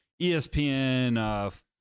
ESPN